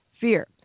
Fear